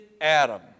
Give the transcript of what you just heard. Adam